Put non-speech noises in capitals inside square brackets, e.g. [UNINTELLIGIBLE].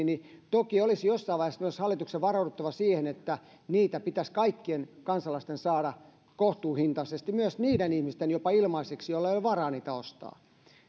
[UNINTELLIGIBLE] niin toki olisi jossain vaiheessa hallituksen varauduttava siihen että niitä pitäisi kaikkien kansalaisten saada kohtuuhintaisesti niiden ihmisten jopa ilmaiseksi joilla ei ole varaa niitä ostaa